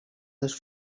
dos